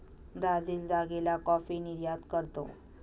Brazil जागेला coffee निर्यात करतो